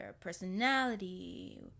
personality